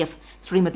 F Shrimati